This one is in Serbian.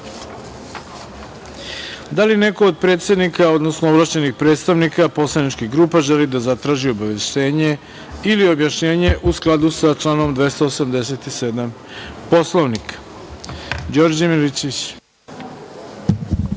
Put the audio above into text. li neko od predsednika, odnosno ovlašćenih predstavnika poslaničkih grupa želi da zatraži obaveštenje ili objašnjenje u skladu sa članom 287. Poslovnika? Reč